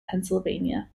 pennsylvania